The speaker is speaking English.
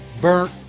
burnt